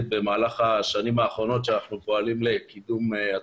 במהלך השנים האחרונות שאנחנו פועלים לקידומה.